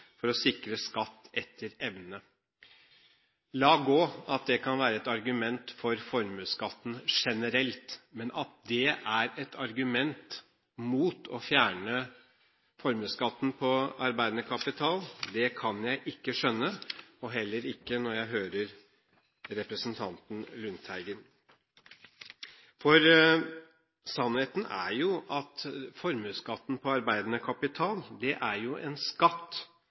for å sikre skatt etter evne». La gå at det kan være et argument for formuesskatt generelt, men at det er et argument mot å fjerne formuesskatt på arbeidende kapital, kan jeg ikke skjønne, heller ikke når jeg hører representanten Lundteigen. Sannheten er at formuesskatt på arbeidende kapital er en skatt som rammer investeringer som faktisk trygger arbeidsplasser. Det er